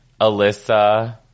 Alyssa